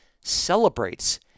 celebrates